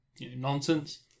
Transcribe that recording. nonsense